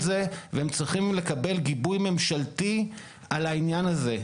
צריך לעשות את זה והם צריכים לקבל גיבוי ממשלתי על העניין הזה.